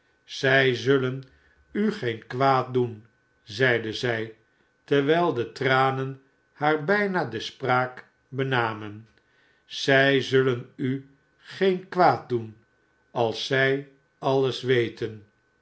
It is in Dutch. zij zullen u geen kwaad doen zeide zij terwijl de tranen haar bijna de spraak benamen zij zullen u geen kwaad doen als zij allesweten wees